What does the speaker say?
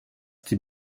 die